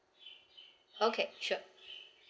okay sure